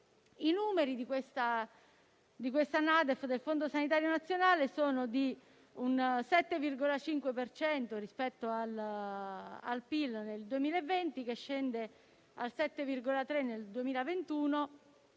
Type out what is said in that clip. I numeri di questa NADEF, del Fondo sanitario nazionale, sono di un 7,5 per cento rispetto al PIL nel 2020, che scende al 7,3 nel 2021,